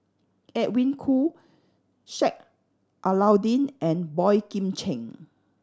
Edwin Koo Sheik Alau'ddin and Boey Kim Cheng